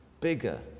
bigger